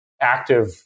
active